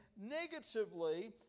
negatively